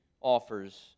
offers